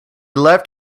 left